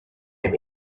him